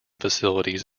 facilities